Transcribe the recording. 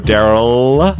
Daryl